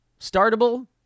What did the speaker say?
startable